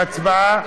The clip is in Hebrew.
להצבעה.